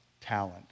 talent